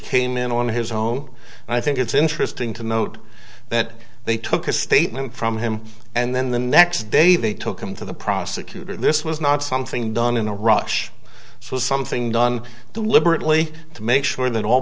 came in on his home and i think it's interesting to note that they took a statement from him and then the next day they took him to the prosecutor this was not something done in a rush was something done deliberately to make sure that all